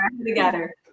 Together